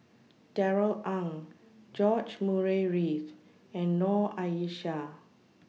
Darrell Ang George Murray Reith and Noor Aishah